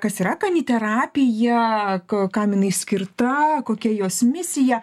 kas yra kaniterapija kaminui skirta kokia jos misija